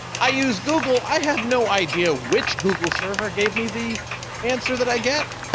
i use google. i have no idea which google server gave me the answer that i get,